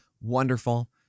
wonderful